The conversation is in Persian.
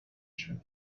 شده